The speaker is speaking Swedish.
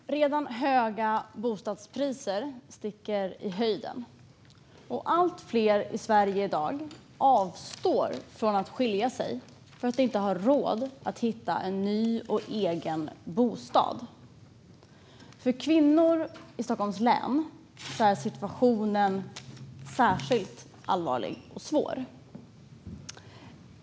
Fru talman! Redan höga bostadspriser sticker i höjden. Allt fler i Sverige avstår i dag från att skilja sig därför att de inte har råd att hitta en ny och egen bostad. För kvinnor i Stockholms län är situationen särskilt allvarlig och svår.